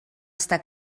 està